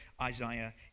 Isaiah